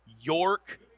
York